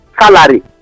salary